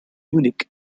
munich